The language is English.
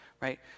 right